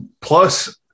Plus